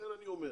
לכן אני אומר,